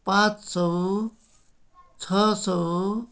पाँच सौ छ सौ